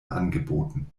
angeboten